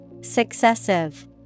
Successive